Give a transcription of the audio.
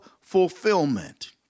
fulfillment